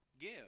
give